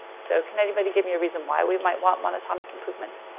so can anybody give me a reason why we might want monotonic improvement?